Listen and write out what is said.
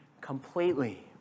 completely